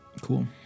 Cool